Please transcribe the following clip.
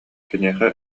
киниэхэ